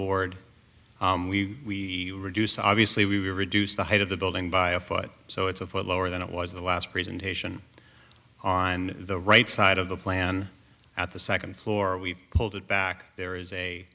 board we reduce obviously we reduce the height of the building by a foot so it's a far lower than it was the last presentation on the right side of the plan at the second floor we've pulled it back there is a